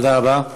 תודה רבה.